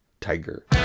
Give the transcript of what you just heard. Tiger